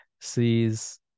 sees